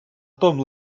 том